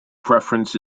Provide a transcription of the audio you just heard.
preference